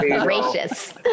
gracious